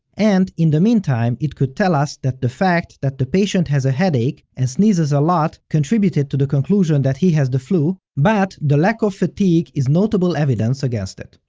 and, in the meantime, it could tell us that the fact that the patient has a headache and sneezes a lot contributed to the conclusion that he has the flu, but, the lack of fatigue is notable evidence against it.